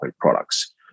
products